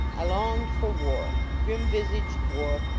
i longed for war grim-viagc l war,